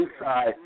inside